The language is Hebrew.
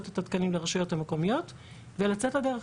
את התקנים לרשויות המקומיות ולצאת לדרך.